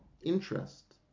interest